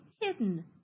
hidden